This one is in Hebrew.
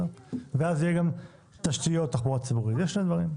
ואז יהיה גם תשתיות תחבורה ציבורית.